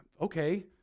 okay